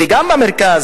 וגם במרכז,